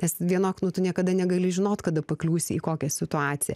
nes vienok nu tu niekada negali žinot kada pakliūsi į kokią situaciją